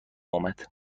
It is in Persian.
آمد